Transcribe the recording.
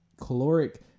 caloric